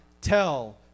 tell